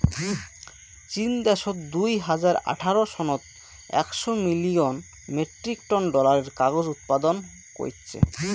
চীন দ্যাশত দুই হাজার আঠারো সনত একশ মিলিয়ন মেট্রিক টন ডলারের কাগজ উৎপাদন কইচ্চে